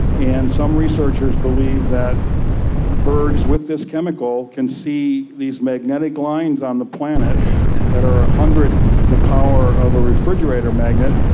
and some researchers believe that birds with this chemical can see these magnetic lines on the planet that are one hundredth the power of a refrigerator magnet.